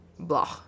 blah